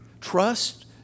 Trust